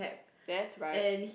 that's right